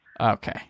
Okay